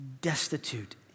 destitute